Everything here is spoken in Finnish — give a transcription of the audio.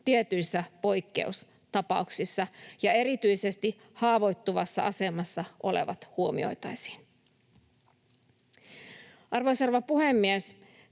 tietyissä poikkeustapauksissa ja erityisesti haavoittuvassa asemassa olevat huomioitaisiin. Arvoisa rouva puhemies!